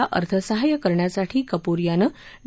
ला अर्थसहाय्य करण्यासाठी कपूर यानं डी